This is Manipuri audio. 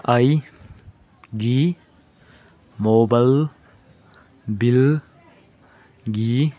ꯑꯩꯒꯤ ꯃꯣꯕꯥꯏꯜ ꯕꯤꯜꯒꯤ